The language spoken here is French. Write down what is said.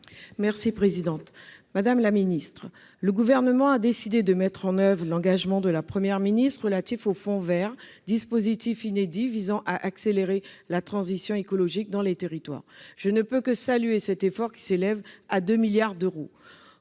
de la cohésion des territoires. Le Gouvernement a décidé de mettre en oeuvre l'engagement de la Première ministre relatif au fonds vert, dispositif inédit visant à accélérer la transition écologique dans les territoires. Je ne peux que saluer cet effort qui s'élève à 2 milliards d'euros.